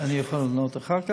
אני אוכל לענות אחר כך,